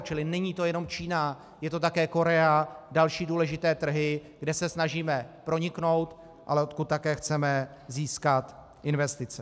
Čili není to jenom Čína, je to také Korea a další důležité trhy, kde se snažíme proniknout, ale odkud také chceme získat investice.